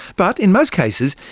but in most cases,